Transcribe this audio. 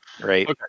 right